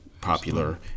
popular